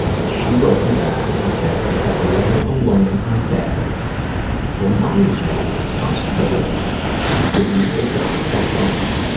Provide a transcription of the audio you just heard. and she wrote me back and said, because laying alone in bed reminds you of the possibility that you will die alone.